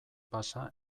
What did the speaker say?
pasa